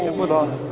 and put on